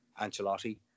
Ancelotti